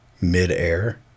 midair